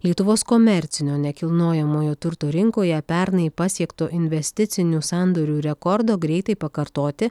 lietuvos komercinio nekilnojamojo turto rinkoje pernai pasiekto investicinių sandorių rekordo greitai pakartoti